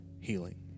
healing